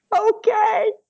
Okay